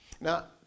Now